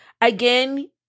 Again